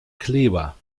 kleber